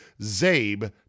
ZABE